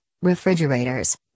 refrigerators